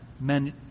men